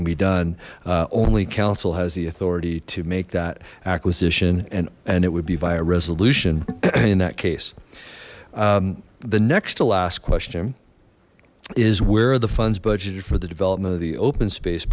can be done only council has the authority to make that acquisition and and it would be by a resolution in that case the next to last question is where are the funds budgeted for the development of the open space